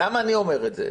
למה אני אומר את זה?